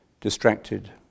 distracted